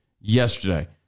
yesterday